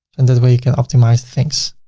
in that way you can optimize things.